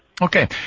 Okay